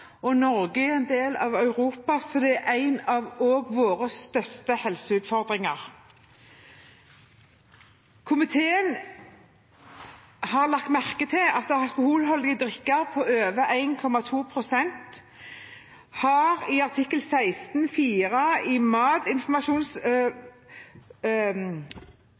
Europa. Norge er en del av Europa, så det er også en av våre største helseutfordringer. Komiteen har lagt merke til at det for alkoholholdige drikkevarer som inneholder mer enn 1,2 volumprosent alkohol, i artikkel 16 nr. 4 i